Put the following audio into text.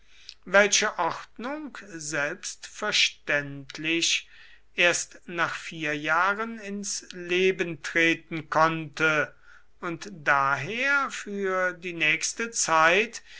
welche ordnung selbstverständlich erst nach vier jahren ins leben treten konnte und daher für die nächste zeit